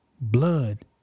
blood